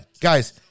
Guys